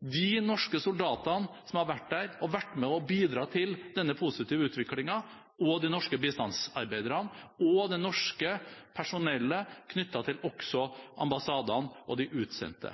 de norske soldatene som har vært der og vært med på å bidra til denne positive utviklingen, de norske bistandsarbeiderne og det norske personellet knyttet til ambassadene og de utsendte.